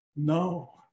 No